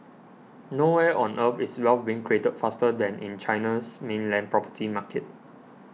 nowhere on Earth is wealth being created faster than in China's mainland property market